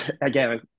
again